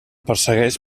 persegueix